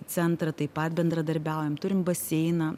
centrą taip pat bendradarbiaujam turim baseiną